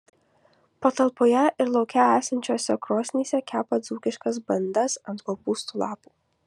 patalpoje ir lauke esančiose krosnyse kepa dzūkiškas bandas ant kopūstų lapų